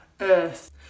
earth